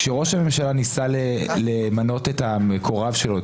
כשראש הממשלה ניסה למנות את המקורב שלו,